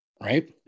Right